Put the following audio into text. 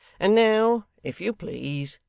and now, if you please,